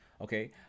okay